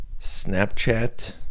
Snapchat